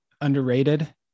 underrated